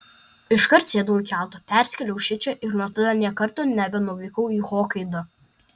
iškart sėdau į keltą persikėliau šičia ir nuo tada nė karto nebenuvykau į hokaidą